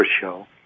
show